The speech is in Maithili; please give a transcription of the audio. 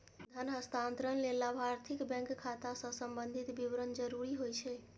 धन हस्तांतरण लेल लाभार्थीक बैंक खाता सं संबंधी विवरण जरूरी होइ छै